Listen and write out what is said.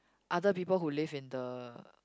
other people who live in the